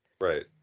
Right